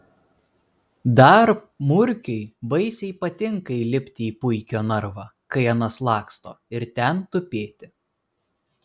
dar murkiui baisiai patinka įlipti į puikio narvą kai anas laksto ir ten tupėti